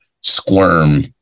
squirm